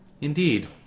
Indeed